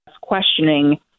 questioning